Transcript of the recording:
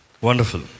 Wonderful